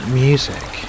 music